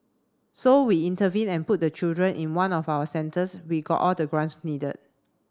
so we intervened and put the children in one of our centres we got all the grants needed